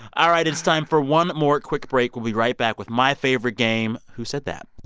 all right. it's time for one more quick break. we'll be right back with my favorite game, who said that?